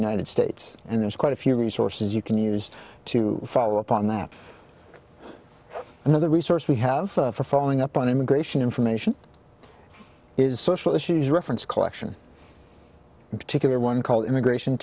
united states and there's quite a few resources you can use to follow up on that another resource we have for following up on immigration information is social issues reference collection in particular one called immigration